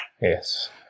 Yes